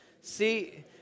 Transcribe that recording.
See